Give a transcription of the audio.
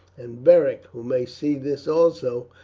and beric, who may see this also,